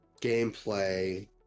gameplay